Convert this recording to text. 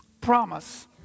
Promise